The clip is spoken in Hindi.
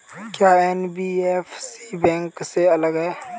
क्या एन.बी.एफ.सी बैंक से अलग है?